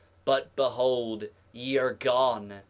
but behold, ye are gone,